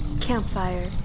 Campfire